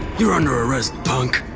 you're under arrest, punk.